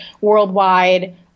worldwide